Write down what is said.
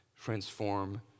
Transform